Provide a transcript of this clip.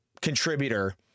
contributor